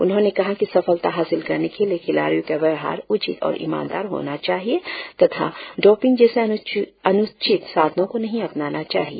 उन्होंने कहा कि सफलता हासिल करने के लिए खिलाड़ियों का व्यवहार उचित और ईमानदार होना चाहिए तथा डोपिंग जैसे अनुचित साधनों को नहीं अपनाना चाहिए